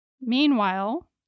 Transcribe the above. Meanwhile